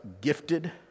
gifted